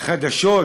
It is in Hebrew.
חדשות